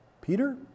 Peter